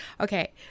Okay